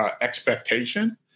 expectation